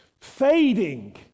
Fading